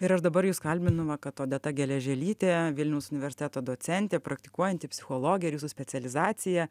ir aš dabar jus kalbinu va kad odeta geležėlytė vilniaus universiteto docentė praktikuojanti psichologė ir jūsų specializacija